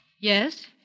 Yes